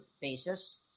basis